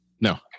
No